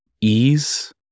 ease